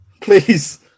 please